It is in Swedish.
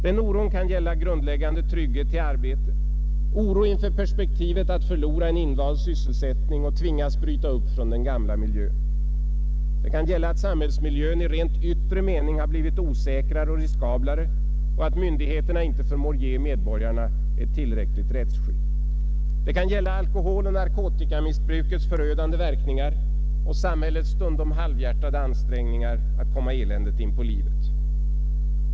Den oron kan gälla grundläggande trygghet till arbete, oro inför perspektivet att förlora en invand sysselsättning och tvingas bryta upp från den gamla miljön. Den kan gälla att samhällsmiljön i rent yttre mening har blivit osäkrare och riskablare och att myndigheterna inte förmår ge medborgarna ett tillräckligt rättsskydd. Den kan gälla alkoholoch narkotikamissbrukets förödande verkningar och samhällets stundom halvhjärtade ansträngningar att komma eländet inpå livet.